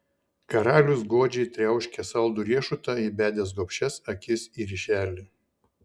karalius godžiai triauškė saldų riešutą įbedęs gobšias akis į ryšelį